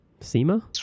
SEMA